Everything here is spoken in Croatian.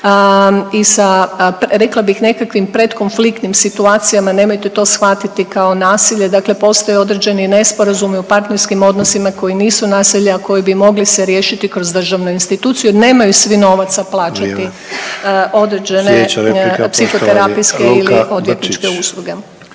i sa rekla bih nekakvim predkonfliktnim situacijama, nemojte to shvatiti kao nasilje, dakle postoje određeni nesporazumi u partnerskim odnosima koji nisu nasilje, a koji bi mogli se riješiti kroz državnu instituciju jer nemaju svi novaca …/Upadica: Vrijeme./… plaćati određene psihoterapijske ili odvjetničke usluge.